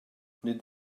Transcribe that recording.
nid